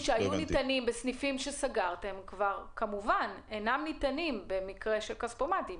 ניתנים בסניפים שסגרתם אינם ניתנים בכספומטים.